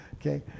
Okay